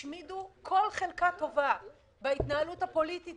השמידו כל חלקה טובה בהתנהלות הפוליטית